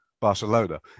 Barcelona